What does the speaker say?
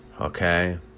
Okay